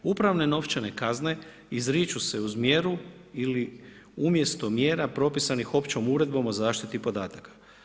Upravne novčane kazne izriču se uz mjeru ili umjesto mjera propisanih općom uredbom o zaštiti podataka.